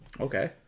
Okay